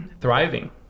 thriving